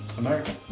american.